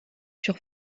sur